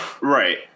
Right